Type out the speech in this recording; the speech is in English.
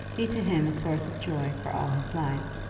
be to him a source of joy for all his life.